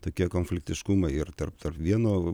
tokie konfliktiškumai ir tarp vieno